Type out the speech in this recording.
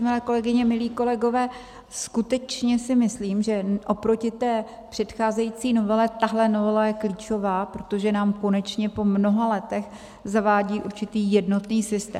Milé kolegyně, milí kolegové, skutečně si myslím, že oproti té předcházející novele tahle novela je klíčová, protože nám konečně po mnoha letech zavádí určitý jednotný systém.